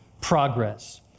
progress